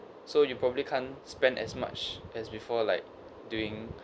so you probably can't spend as much as before like doing